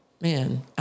Man